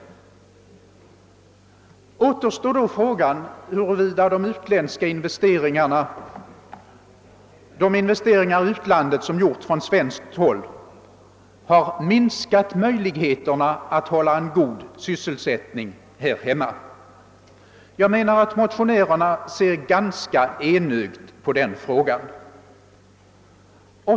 Återstår då frågan, huruvida de investeringar i utlandet som gjorts från svenskt håll har minskat möjligheterna att upprätthålla en god sysselsättning här hemma. Jag menar att motionärerna ser ganska enögt på den frågan.